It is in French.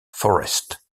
forrest